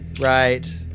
Right